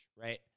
right